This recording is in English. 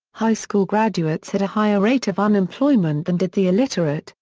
high school graduates had a higher rate of unemployment than did the illiterate,